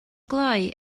glou